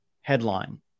headline